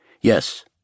Yes